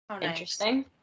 interesting